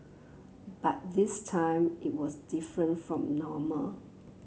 but this time it was different from normal